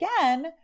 again